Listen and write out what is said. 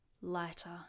lighter